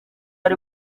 ari